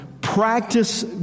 practice